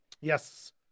Yes